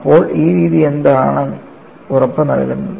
അപ്പോൾ ഈ രീതി എന്താണ് ഉറപ്പ് നൽകുന്നത്